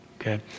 okay